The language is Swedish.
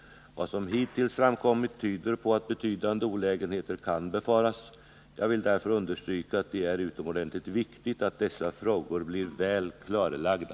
Vad som hittills framkommit tyder på att betydande olägenheter kan befaras. Jag vill därför understryka att det är utomordentligt viktigt att dessa frågor blir väl klarlagda.